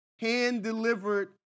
Hand-delivered